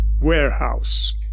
warehouse